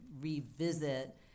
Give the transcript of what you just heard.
revisit